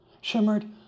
shimmered